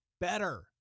better